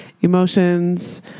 emotions